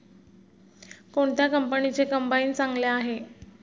कोणत्या कंपनीचे कंबाईन चांगले आहे?